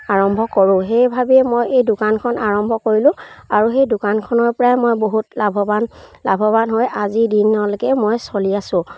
আৰম্ভ কৰোঁ সেই ভাবিয়ে মই এই দোকানখন আৰম্ভ কৰিলোঁ আৰু সেই দোকানখনৰ পৰাই মই বহুত লাভৱান লাভৱান হৈ আজিৰ দিনলৈকে মই চলি আছোঁ